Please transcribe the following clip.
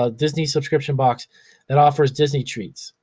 ah disney subscription box that offers disney treats.